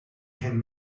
can